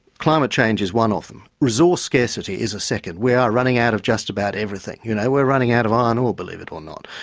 climate change is one of them, resource scarcity is a second. we are running out of just about everything. you know, we're running out of iron ore, believe it or not.